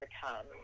become